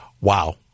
wow